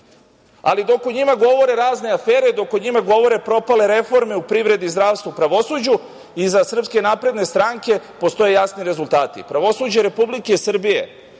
o njima govore razne afere, dok o njima govore propale reforme u privredi, zdravstvu, pravosuđu iza SNS postoje jasni rezultati. Pravosuđe Republike Srbije